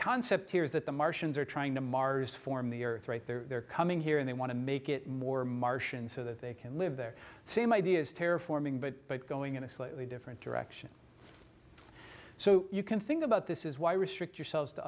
concept here is that the martians are trying to mars form the earth right there they're coming here and they want to make it more martian so that they can live their same ideas terra forming but going in a slightly different direction so you can think about this is why restrict yourselves to